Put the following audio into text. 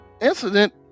incident